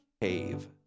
cave